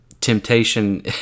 temptation